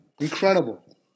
incredible